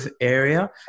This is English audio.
area